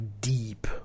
deep